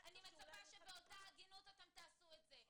אני חושבת שבאותה ההגינות אתם תעשו את זה.